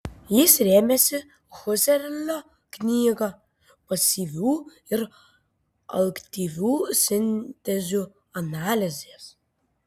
jis rėmėsi husserlio knyga pasyvių ir aktyvių sintezių analizės